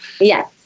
Yes